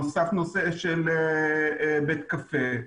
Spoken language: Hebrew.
נוסף נושא של בית קפה.